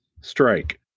strike